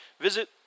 Visit